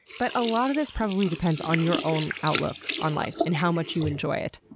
but a lot of this probably depends on your own outlook on life and how much you enjoy it.